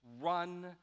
run